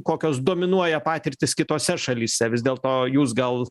kokios dominuoja patirtys kitose šalyse vis dėlto jūs gal